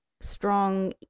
strong